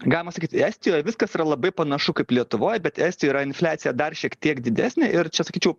galima sakyt estijoj viskas yra labai panašu kaip lietuvoj bet estijoj yra infliacija dar šiek tiek didesnė ir čia sakyčiau